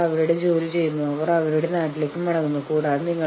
കൂടാതെ നിങ്ങൾ തു എന്ന വാക്ക് ഉപയോഗിക്കുന്നില്ല എന്നാണ് ഇതിനർത്ഥം